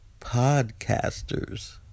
podcasters